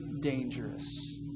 dangerous